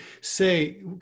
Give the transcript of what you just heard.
say